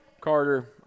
Carter